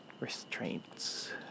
restraints